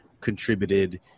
contributed